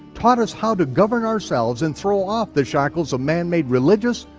taught us how to govern ourselves and throw off the shackles of manmade religious,